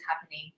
happening